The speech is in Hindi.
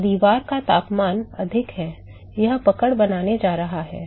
तो दीवार का तापमान अधिक है यह पकड़ बनाने जा रहा है